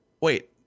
wait